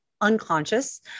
unconscious